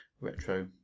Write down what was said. retro